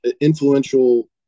influential